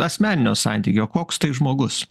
asmeninio santykio koks tai žmogus